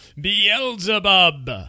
Beelzebub